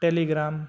telegram